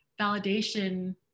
validation